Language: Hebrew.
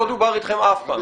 לא דובר אתכם אף פעם.